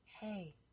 Hey